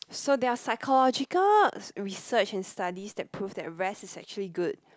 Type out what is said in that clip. so there are psychological research and studies that proves that rest is actually good